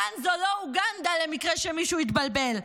כאן זה לא אוגנדה, למקרה שמישהו התבלבל.